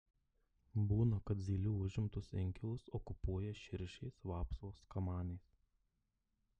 būna kad zylių užimtus inkilus okupuoja širšės vapsvos kamanės